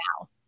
now